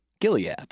Gilead